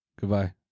Goodbye